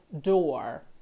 door